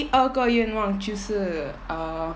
第二个愿望就是